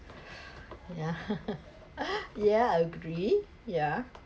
yeah yeah I agree yeah